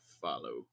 follow